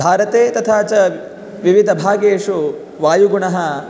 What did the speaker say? भारते तथा च विविधभागेषु वायुगुणः